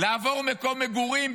לעבור מקום מגורים,